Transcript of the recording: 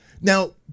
Now